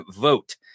vote